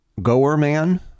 Goerman